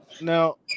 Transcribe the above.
now